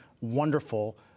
wonderful